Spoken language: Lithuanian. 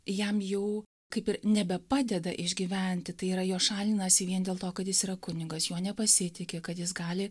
jam jau kaip ir nebepadeda išgyventi tai yra jo šalinasi vien dėl to kad jis yra kunigas juo nepasitiki kad jis gali